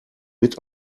mit